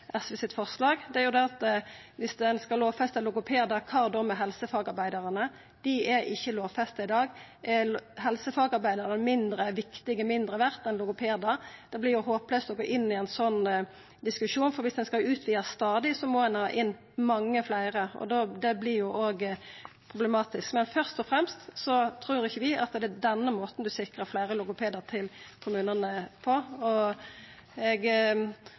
skal lovfesta logopedar, kva da med helsefagarbeidarane? Dei er ikkje lovfesta i dag. Er helsefagarbeidarar mindre viktige, mindre verde, enn logopedar? Det vert jo håplaust å gå inn i ein sånn diskusjon, for viss ein skal utvida stadig, må ein ha inn mange fleire, og det vert òg problematisk. Først og fremst trur vi ikkje at det er denne måten ein sikrar fleire logopedar til kommunane på. Eg